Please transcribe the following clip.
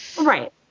Right